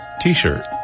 T-shirt